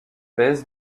press